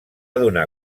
donar